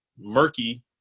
murky